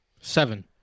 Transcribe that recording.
Seven